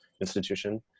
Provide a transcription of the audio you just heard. institution